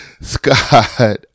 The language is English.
Scott